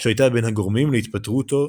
שהייתה בין הגורמים להתפטרותו של פיל.